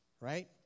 right